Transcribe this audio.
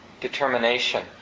determination